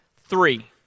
three